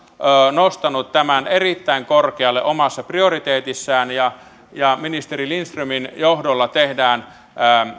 nostanut tämän erittäin korkealle omassa prioriteetissaan ja ja ministeri lindströmin johdolla tehdään